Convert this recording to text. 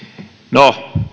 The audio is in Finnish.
no